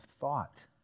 thought